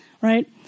right